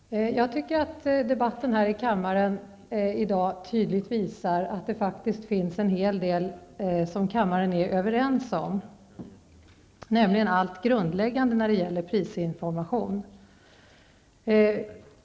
Fru talman! Jag tycker att debatten här i kammaren i dag tydligt visar att det faktiskt finns en hel del som kammarens ledamöter är överens om, nämligen allt grundläggande när det gäller prisinformation.